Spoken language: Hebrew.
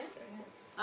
אוקיי.